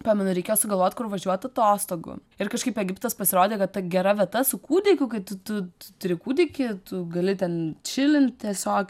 pamenu reikėjo sugalvot kur važiuot atostogų ir kažkaip egiptas pasirodė kad ta gera vieta su kūdikiu kai tu tu turi kūdikį tu gali ten čilint tiesiog